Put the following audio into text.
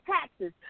taxes